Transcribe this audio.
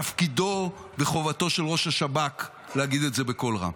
תפקידו וחובתו של ראש השב"כ להגיד את זה בקול רם.